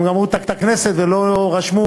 הם גמרו את הכנסת ולא רשמו,